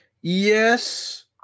Yes